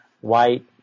white